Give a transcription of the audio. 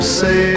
say